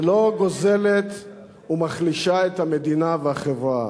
שלא גוזלת ומחלישה את המדינה והחברה.